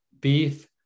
beef